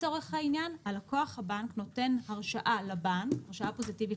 לצורך העניין הלקוח נותן הרשאה פוזיטיבית